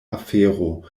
afero